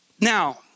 Now